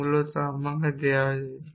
যা মূলত আমাকে দেওয়া হয়